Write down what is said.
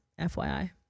FYI